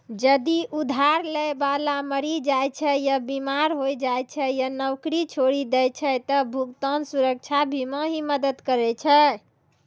जदि उधार लै बाला मरि जाय छै या बीमार होय जाय छै या नौकरी छोड़ि दै छै त भुगतान सुरक्षा बीमा ही मदद करै छै